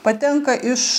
patenka iš